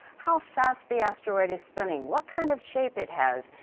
how fast the asteroid is spinning, what kind of shape it has,